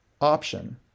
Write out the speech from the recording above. option